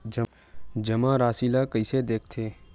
जमा राशि ला कइसे देखथे?